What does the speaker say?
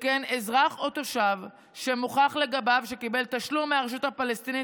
שכן אזרח או תושב שמוכח שקיבל תשלום מהרשות הפלסטינית